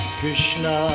Krishna